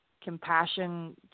compassion